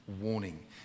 warning